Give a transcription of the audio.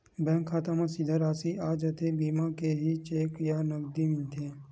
Bank खाता मा सीधा राशि आ जाथे बीमा के कि चेक या नकदी मिलथे?